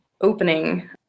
opening